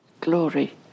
glory